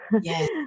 Yes